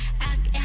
ask